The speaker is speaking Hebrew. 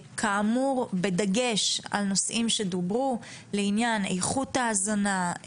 בדגש על נושאים שדוברו לעניין איכות ההזנה,